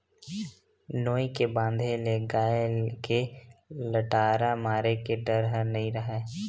नोई के बांधे ले गाय के लटारा मारे के डर ह नइ राहय